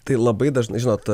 tai labai dažnai žinot